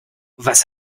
was